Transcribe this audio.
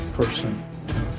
person